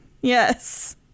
yes